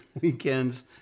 weekends